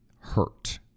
Hurt